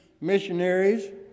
missionaries